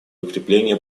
укрепления